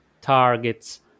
targets